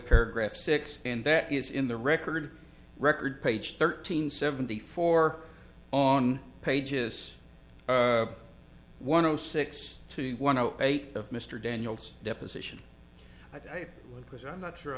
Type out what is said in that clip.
paragraph six and that is in the record record page thirteen seventy four on pages one zero six two one zero eight of mr daniels deposition i think because i'm not sure